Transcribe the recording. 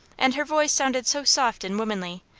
and her voice sounded so soft and womanly,